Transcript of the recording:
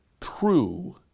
true